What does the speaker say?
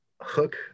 hook